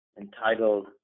entitled